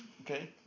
Okay